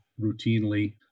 routinely